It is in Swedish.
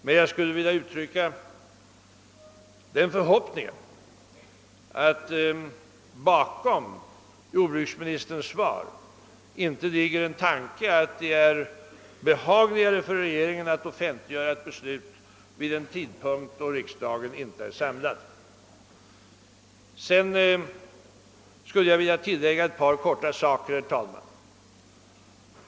Men jag skulle vilja uttrycka den förhoppningen, att bakom jordbruksministerns svar inte ligger en tanke att det är behagligare för regeringen att offentliggöra ett beslut vid en tidpunkt då riksdagen inte är samlad. Vidare skulle jag vilja tillägga ett par korta reflexioner.